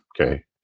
okay